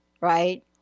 right